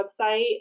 website